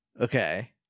Okay